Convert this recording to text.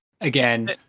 again